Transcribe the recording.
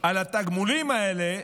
על התגמולים האלה?